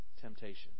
temptation